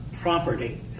property